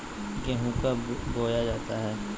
गेंहू कब बोया जाता हैं?